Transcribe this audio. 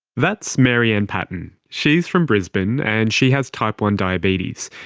that's mary anne patton. she's from brisbane, and she has type one diabetes.